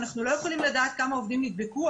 ואנחנו לא יכולים לדעת כמה עובדים נדבקו.